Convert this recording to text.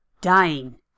dying